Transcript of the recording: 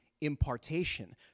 impartation